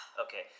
okay